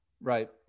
right